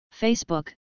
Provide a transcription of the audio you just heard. Facebook